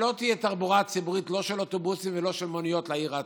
שלא תהיה תחבורה ציבורית לא של אוטובוסים ולא של מוניות לעיר העתיקה.